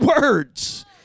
words